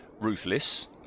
ruthless